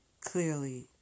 clearly